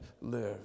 live